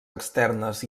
externes